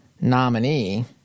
nominee